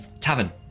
tavern